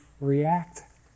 react